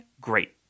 great